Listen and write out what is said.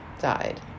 died